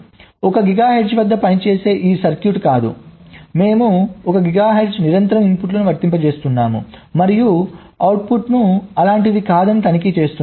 1 gigahertz వద్ద పనిచేసే ఈ సర్క్యూట్ కాదు మేము 1 గిగాహెర్ట్జ్లో నిరంతరం ఇన్పుట్లను వర్తింపజేస్తున్నాము మరియు అవుట్పుట్ను అలాంటిది కాదని తనిఖీ చేస్తున్నాము